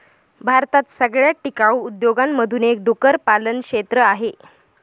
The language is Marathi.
भारतात सगळ्यात टिकाऊ उद्योगांमधून एक डुक्कर पालन क्षेत्र आहे